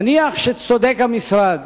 נניח שצודק המשרד